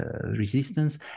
resistance